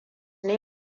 ne